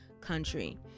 country